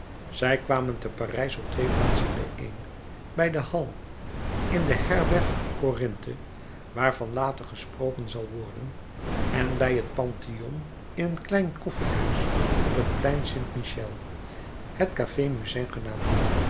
zij kwamen te parijs op twee plaatsen bijeen bij de halles in de herberg corinthe waarvan later gesproken zal worden en bij het pantheon in een klein koffiehuis op het plein st michel het café musain